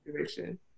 situation